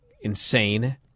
insane